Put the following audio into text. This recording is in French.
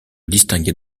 distinguer